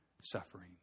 suffering